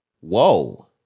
Whoa